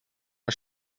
man